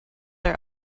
are